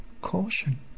caution